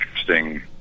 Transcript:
Interesting